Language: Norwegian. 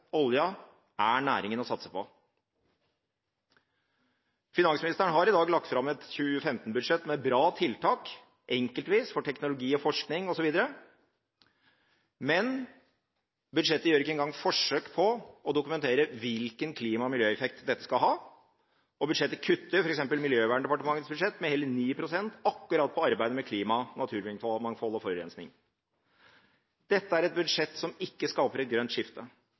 olja – er næringen å satse på. Finansministeren har i dag lagt fram et 2015-budsjett med bra tiltak enkeltvis for teknologi, forskning osv. Men budsjettet gjør ikke engang et forsøk på å dokumentere hvilken klima- og miljøeffekt dette skal ha. Budsjettet kutter f.eks. Miljøverndepartementets budsjett med hele 9 pst. akkurat på arbeidet med klima, naturmangfold og forurensning. Dette er et budsjett som ikke skaper et grønt skifte.